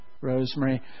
Rosemary